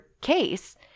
case